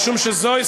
משום שזוהי,